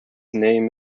name